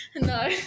No